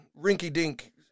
rinky-dink